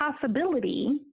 possibility